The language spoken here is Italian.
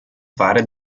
fare